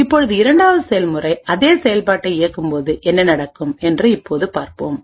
இப்பொழுது இரண்டாவது செயல்முறைஅதே செயல்பாட்டை இயக்கும்போது என்ன நடக்கும் என்று இப்போது பார்ப்போம்